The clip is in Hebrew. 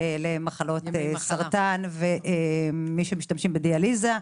למחלות סרטן ומי שמשתמשים בדיאליזה.